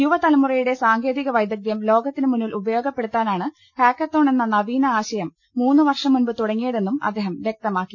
യുവതലമുറയുടെ സാങ്കേതിക വൈദഗ്ദ്യം ലോകത്തിന് മുന്നിൽ ഉപയോഗപ്പെടുത്താ നാണ് ഹാക്കത്തോൺ എന്ന നവീന ആശയം മൂന്ന് വർഷം മുമ്പ് തുടങ്ങിയതെന്നും അദ്ദേഹം വൃക്തമാക്കി